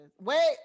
Wait